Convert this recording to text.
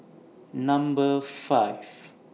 Number five